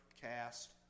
cast